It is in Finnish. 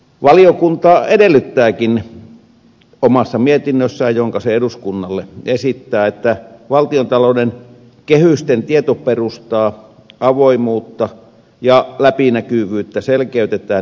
valiokunta edellyttääkin omassa mietinnössään jonka se eduskunnalle esittää että valtiontalouden kehysten tietoperustaa avoimuutta ja läpinäkyvyyttä selkeytetään ja parannetaan